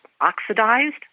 oxidized